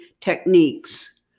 techniques